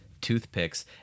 Toothpicks